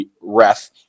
ref